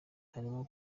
harimo